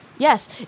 Yes